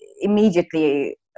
immediately